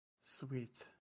Sweet